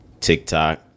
TikTok